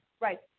Right